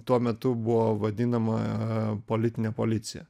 tuo metu buvo vadinama politine policija